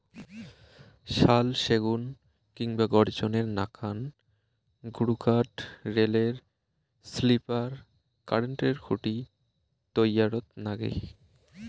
শাল, সেগুন কিংবা গর্জনের নাকান গুরুকাঠ রেলের স্লিপার, কারেন্টের খুঁটি তৈয়ারত নাগে